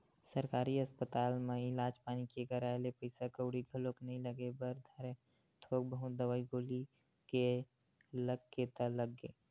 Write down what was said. सरकारी अस्पताल म इलाज पानी के कराए ले पइसा कउड़ी घलोक नइ लगे बर धरय थोक बहुत दवई गोली के लग गे ता लग गे